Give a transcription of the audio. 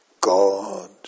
God